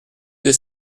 deux